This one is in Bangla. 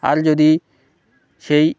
আর যদি সেই